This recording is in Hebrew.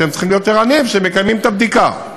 אתם צריכים להיות ערניים בקיום הבדיקה.